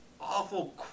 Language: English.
awful